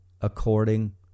according